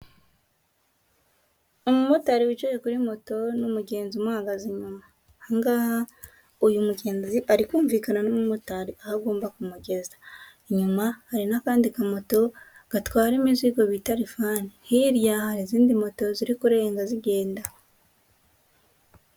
Umumotari wicaye kuri moto n'umugenzi umuhagaze inyuma, aha ngaha uyu mugenzi ari kumvikana n'umumotari aho agomba kumugeza, inyuma hari n'akandi ka moto gatwara imizigo bita rifani, hirya hari izindi moto ziri kurenga zigenda.